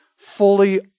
Fully